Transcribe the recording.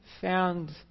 found